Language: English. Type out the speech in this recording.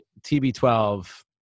TB12